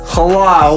Hello